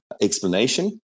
explanation